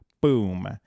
Boom